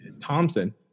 Thompson